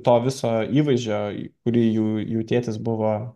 to viso įvaizdžio kurį jų jų tėtis buvo